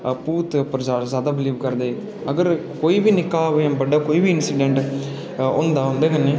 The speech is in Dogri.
ओह् भुतै पर जादा बिलीव करदे अगर कोई बी नि'क्का जां बड्डा कोई बी इंसिडेट होंदा उं'दे कन्नै